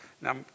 Now